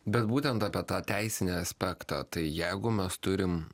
bet būtent apie tą teisinį aspektą tai jeigu mes turim